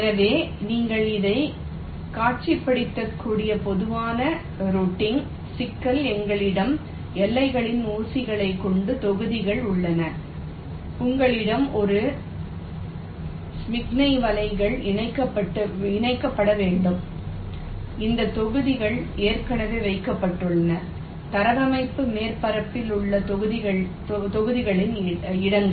எனவே நீங்கள் இதைக் காட்சிப்படுத்தக்கூடிய பொதுவான ரூட்டிங் சிக்கல் உங்களிடம் எல்லைகளில் ஊசிகளைக் கொண்ட தொகுதிகள் உள்ளன உங்களிடம் ஒரு சமிக்ஞை வலைகள் இணைக்கப்பட வேண்டும் இந்த தொகுதிகள் ஏற்கனவே வைக்கப்பட்டுள்ளன தளவமைப்பு மேற்பரப்பில் உள்ள தொகுதிகளின் இடங்கள்